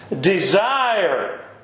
Desire